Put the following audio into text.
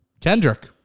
Kendrick